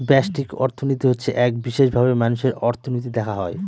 ব্যষ্টিক অর্থনীতি হচ্ছে এক বিশেষভাবে মানুষের অর্থনীতি দেখা হয়